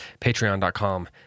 patreon.com